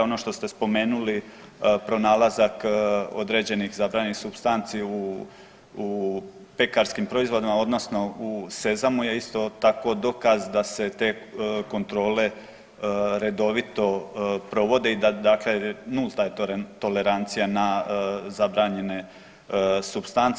Ono što ste spomenuli pronalazak određenih zabranjenih supstanci u, u pekarskim proizvodima odnosno je u sezamu je isto tako dokaz da se te kontrole redovito provode i da dakle, nulta je tolerancija na zabranjene supstance.